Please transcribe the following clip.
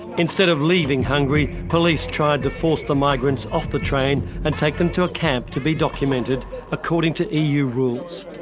instead of leaving hungary, police tried to force the migrants off the train and take them to a camp to be documented according to eu rules.